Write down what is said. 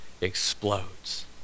explodes